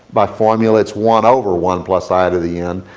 by formula, it's one over one plus i to the n.